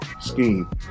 Scheme